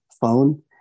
phone